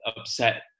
upset